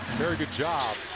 very good job